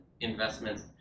investments